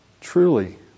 Truly